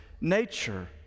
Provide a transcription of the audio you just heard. nature